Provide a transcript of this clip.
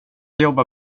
jobba